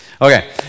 Okay